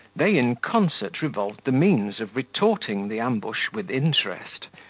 they in concert revolved the means of retorting the ambush with interest,